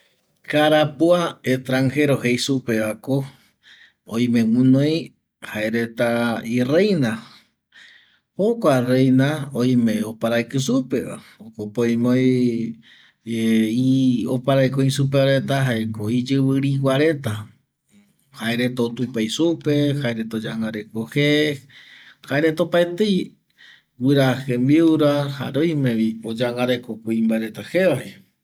Karapua extranjero jei supeva oime guinoi jaereta ireina, jokua reina oime oparaiki supeva, jokope oime oi eh ioparaiki oi supeva jaeko iyivi rigua reta, jaereta otupei supe jaereta oyangareko je, jaereta opaetei guira jembiura jare oimevi oyangareko kuimbae reta jeva